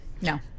No